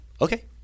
Okay